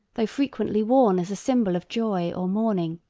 though frequently worn as a symbol of joy or mourning,